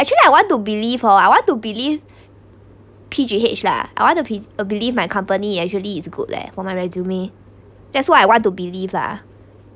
actually I want to believe [ho] I want to believe P_J_H lah I want to pe~ uh believe my company actually is good leh for my resume that's what I want to believe lah